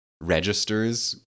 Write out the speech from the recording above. registers